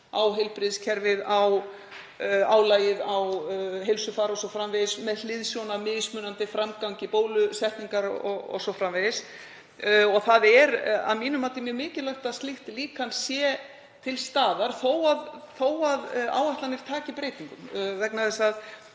á heilbrigðiskerfið, álagið á heilsufar o.s.frv., með hliðsjón af mismunandi framgangi bólusetningar og þess háttar. Það er að mínu mati mjög mikilvægt að slíkt líkan sé til staðar þó að áætlanir taki breytingum vegna þess að